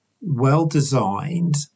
well-designed